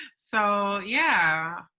so, yeah,